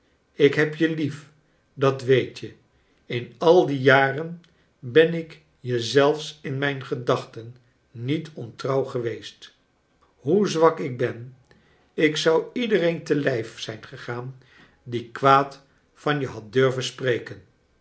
ik heb je lief dat weet je in al die jaren ben ik je zelfs in mijn gedachten niet ontrouw geweest hoe zwak ik ben ik zou iedereen te lijf zijn gegaan die kwaad van je had durven spreken